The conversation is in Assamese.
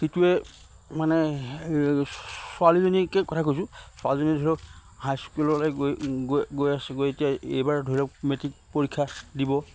সিটোৱে মানে ছোৱালীজনীৰ কথাকে কৈছোঁ ছোৱালীজনী ধৰি লওক হাইস্কুললে গৈ গৈ গৈ আছে গৈ এতিয়া এইবাৰ ধৰি লওক মেট্ৰিক পৰীক্ষা দিব